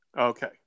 Okay